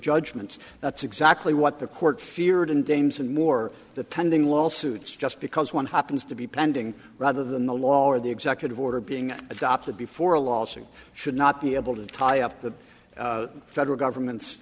judgments that's exactly what the court feared in games and more the pending lawsuits just because one happens to be pending rather than the law or the executive order being adopted before a lawsuit should not be able to tie up the federal government